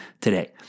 today